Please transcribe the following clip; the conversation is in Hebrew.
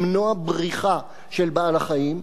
למנוע בריחה של בעל-החיים,